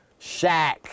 Shaq